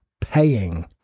paying